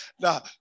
now